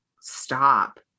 stop